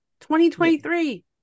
2023